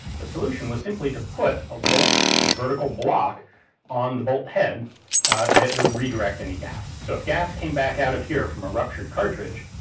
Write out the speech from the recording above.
the solution was simply to put a little vertical block on the bolt head that would redirect any gas. so if gas came back out of here from a ruptured cartridge,